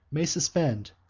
may suspend,